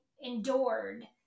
endured